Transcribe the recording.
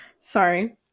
Sorry